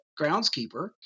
groundskeeper